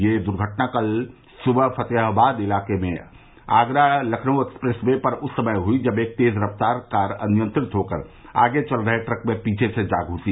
यह दुर्घटना कल सुबह फ़तेहाबाद इलाक़े में आगरा लखनऊ एक्सप्रेस वे पर उस समय हुई जब एक तेज़ रफ़्तार कार अनियंत्रित होकर आगे चल रहे ट्रक में पीछे से जा घुसी